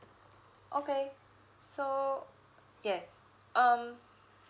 okay so yes um